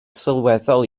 sylweddol